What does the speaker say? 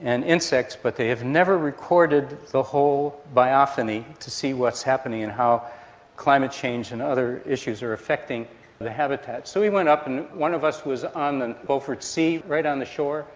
and insects but they have never recorded the whole biophony to see what is happening and how climate change and other issues are affecting the habitat. so we went up and one of us was on the beaufort sea, right on the shore,